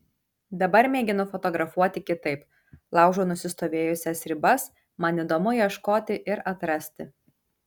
dabar mėginu fotografuoti kitaip laužau nusistovėjusias ribas man įdomu ieškoti ir atrasti